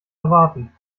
erwarten